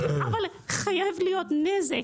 אבל חייב להיות נזק,